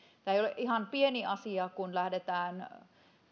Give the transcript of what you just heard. tämä ei ole ihan pieni asia kun lähdetään